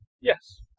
Yes